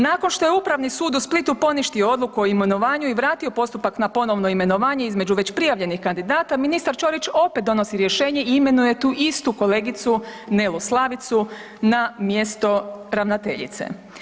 Nakon što je Upravni sud u Splitu poništio odluku o imenovanju i vratio postupak na ponovno imenovanje između već prijavljenih kandidata ministar Ćorić opet donosi rješenje i imenuje tu istu kolegicu Nelu Slavicu na mjesto ravnateljice.